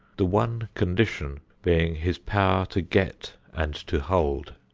the one condition being his power to get and to hold.